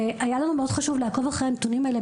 היה לנו מאוד חשוב לעקוב אחרי הנתונים האלה,